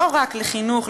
לא רק לחינוך,